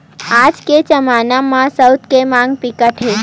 आज के जमाना म सूत के मांग बिकट हे